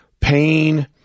pain